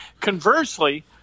Conversely